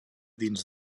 dins